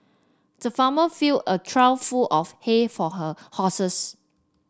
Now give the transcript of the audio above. the farmer fill a trough full of hay for her horses